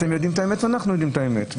אתם יודעים את האמת וגם אנחנו יודעים את האמת.